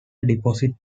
deposits